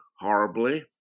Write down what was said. horribly